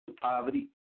poverty